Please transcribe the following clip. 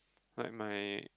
like my